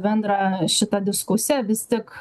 bendrą šitą diskusiją vis tik